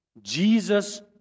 Jesus